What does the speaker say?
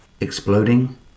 exploding